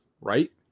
right